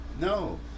No